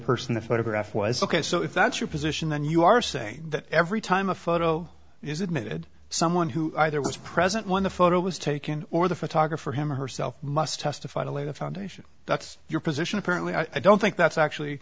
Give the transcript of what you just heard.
person the photograph was ok so if that's your position then you are saying that every time a photo is admitted someone who either was present when the photo was taken or the photographer him or herself must testify to lay the foundation that's your position apparently i don't think that's actually